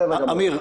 אמיר,